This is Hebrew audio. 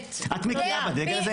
את מכירה בדגל הזה?